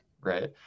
right